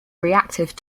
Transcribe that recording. reactive